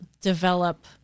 develop